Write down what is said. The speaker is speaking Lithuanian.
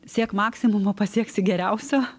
siek maksimumo pasieksi geriausio